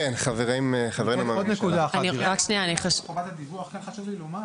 כמי שניסח אותה, חשוב לי לומר